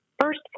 first